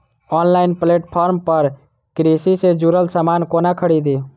Online platform पर कृषि सँ जुड़ल समान कोना खरीदी?